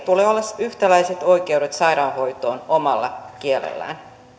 heillä tulee olla yhtäläiset oikeudet sairaanhoitoon omalla kielellään